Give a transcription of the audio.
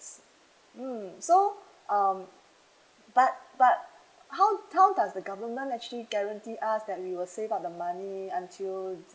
mm so um but but how how does the government actually guarantee us that we will save up the money until